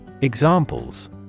Examples